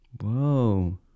whoa